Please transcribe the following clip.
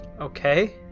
Okay